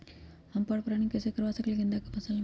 हम पर पारगन कैसे करवा सकली ह गेंदा के फसल में?